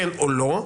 כן או לא,